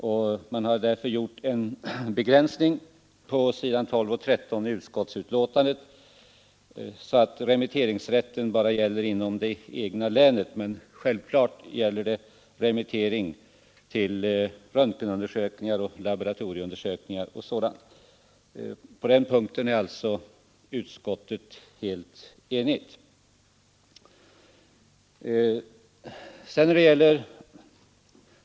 Vi har därför gjort en begränsning på s. 12 och 13 i utskottsbetänkandet, så att remitteringsrätten bara gäller inom det egna länet. Självklart gäller det remittering för röntgenundersökningar, laboratorieundersökningar och sådant. På den punkten är alltså utskottet helt enigt.